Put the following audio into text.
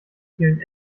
vielen